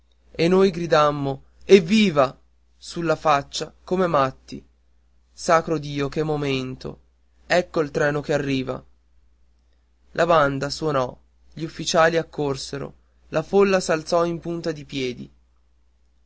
noi gli gridammo evviva sulla faccia come matti sacro dio che momento ecco il treno che arriva la banda suonò gli ufficiali accorsero la folla s'alzò in punta di piedi